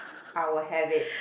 I will have it